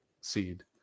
seed